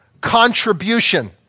contribution